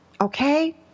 okay